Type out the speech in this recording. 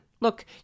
Look